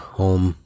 home